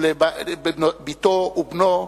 לבתו ולבנו,